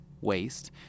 waste